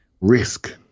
risk